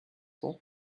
for